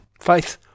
Faith